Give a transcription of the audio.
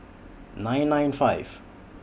nine nine five